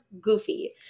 goofy